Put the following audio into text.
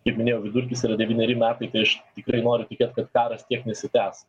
kaip minėjau vidurkis yra devyneri metai tai aš tikrai noriu tikėt kad karas tiek nesitęs